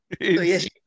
yes